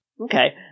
Okay